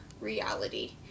reality